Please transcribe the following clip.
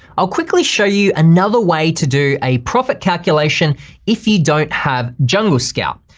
i'll quickly show you another way to do a profit calculation if you don't have jungle scout,